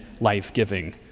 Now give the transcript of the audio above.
life-giving